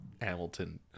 Hamilton